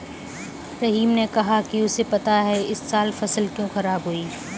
रहीम ने कहा कि उसे पता है इस साल फसल क्यों खराब हुई